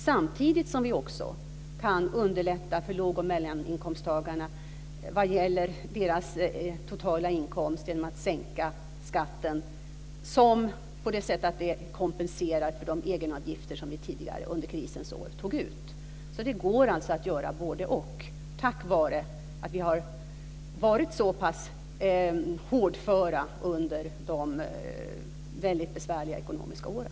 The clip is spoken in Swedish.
Samtidigt kan vi underlätta för låg och medelinkomsttagarna vad gäller deras totala inkomster genom att sänka skatten på det sättet att det kompenserar för de egenavgifter som vi tidigare under krisåren tog ut. Det går alltså att göra både-och, tack vare att vi har varit så pass hårdförda under de väldigt besvärliga ekonomiska åren.